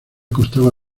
constaba